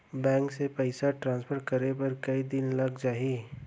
Bank से पइसा transfer करे बर कई दिन लग जाही?